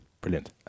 Brilliant